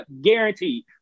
guaranteed